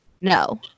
No